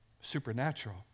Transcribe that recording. supernatural